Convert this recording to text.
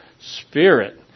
spirit